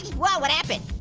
whoa, what happened?